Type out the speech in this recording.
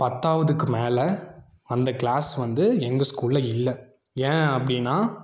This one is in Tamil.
பத்தாவதுக்கு மேலே அந்த க்ளாஸ் வந்து எங்கள் ஸ்கூலில் இல்லை ஏன் அப்படினா